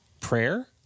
prayer